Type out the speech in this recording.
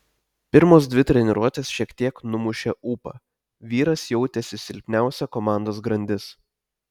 pirmos dvi treniruotės šiek tiek numušė ūpą vyras jautėsi silpniausia komandos grandis